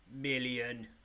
million